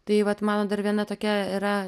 tai vat mano dar viena tokia yra